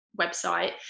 website